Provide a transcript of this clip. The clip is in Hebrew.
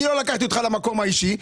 אני לא לקחתי אותך למקום האישי.